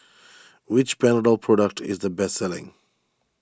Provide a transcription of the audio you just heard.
which Panadol product is the best selling